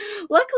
luckily